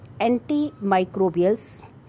Antimicrobials